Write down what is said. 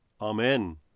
Amen